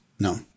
No